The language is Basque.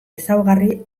ezaugarri